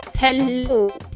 Hello